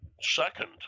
second